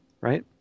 right